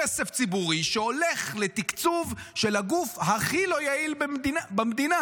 כסף ציבורי שהולך לתקצוב של הגוף הכי לא יעיל במדינה.